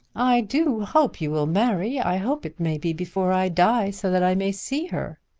i do hope you will marry. i hope it may be before i die, so that i may see her.